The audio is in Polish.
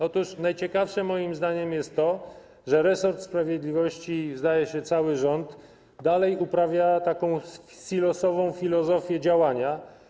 Otóż najciekawsze, moim zdaniem, jest to, że resort sprawiedliwości i, zdaje się, cały rząd dalej uprawiają taką silosową filozofię działania.